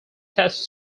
test